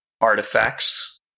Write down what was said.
artifacts